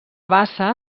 bassa